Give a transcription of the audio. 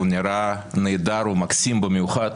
הוא נראה נהדר ומקסים במיוחד,